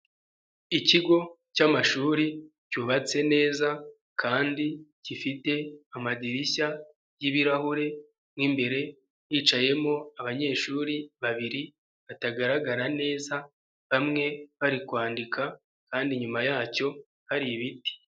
Ikigo cy'amashuri cyubatse neza kandi gifite amadirishya y'ibirahure mo imbere hicayemo abanyeshuri babiri batagaragara neza, bamwe bari kwandika kandi inyuma yacyo hari ibiti.